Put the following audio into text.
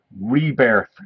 rebirth